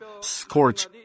scorch